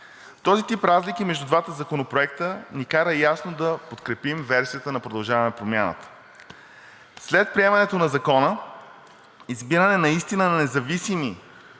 Този тип разлики между двата законопроекта ни кара ясно да подкрепим версията на „Продължаваме Промяната“. След приемането на Закона избирането наистина на независими